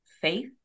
Faith